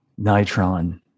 nitron